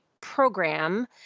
program